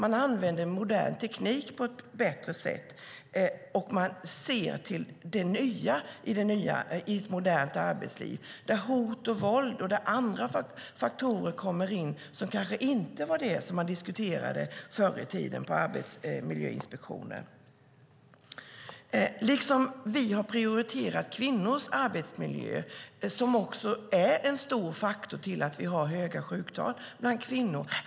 De använder modern teknik på ett bättre sätt och ser till det nya i ett modernt arbetsliv där hot, våld och andra faktorer kommer in, sådant som förr i tiden kanske inte diskuterades vid arbetsmiljöinspektioner. Vi har också prioriterat kvinnors arbetsmiljö. Arbetsmiljön är en stor anledning till att vi har höga sjuktal bland kvinnor.